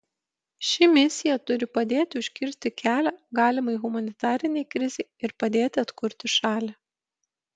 ši misija turi padėti užkirsti kelią galimai humanitarinei krizei ir padėti atkurti šalį